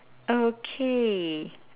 okay